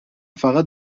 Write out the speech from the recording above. فقط